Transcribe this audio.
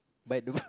bite the